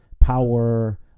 power